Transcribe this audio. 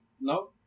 No